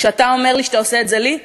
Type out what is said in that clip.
כשאתה אומר לי שאתה עושה את זה לי?